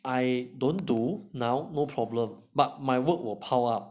I don't do now no problem but my work will pile up